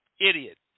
idiot